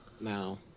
now